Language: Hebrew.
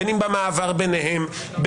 בין אם במעבר ביניהן,